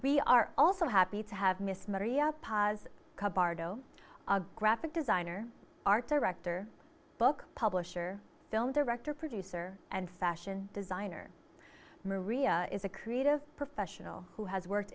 we are also happy to have miss maria paz bardot a graphic designer art director book publisher film director producer and fashion designer maria is a creative professional who has worked